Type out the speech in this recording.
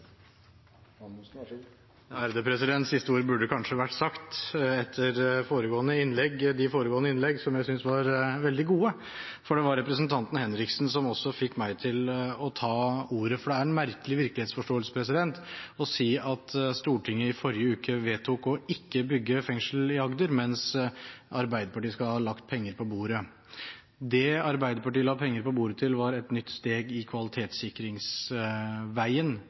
siste ordet burde kanskje vært sagt etter de foregående innlegg, som jeg synes var veldig gode. Det var representanten Henriksen som også fikk meg til å ta ordet. Det er en merkelig virkelighetsforståelse når man sier at Stortinget i forrige uke vedtok ikke å bygge fengsel i Agder, mens Arbeiderpartiet skal ha lagt penger på bordet. Det Arbeiderpartiet la penger på bordet til, var et nytt steg på kvalitetssikringsveien.